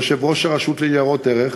יושב-ראש הרשות לניירות ערך,